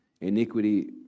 Iniquity